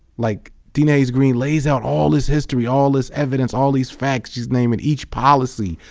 like deena hayes-greene lays out all his history, all this evidence, all these facts, she's naming each policy,